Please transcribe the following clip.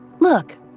look